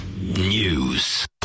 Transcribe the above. News